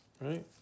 right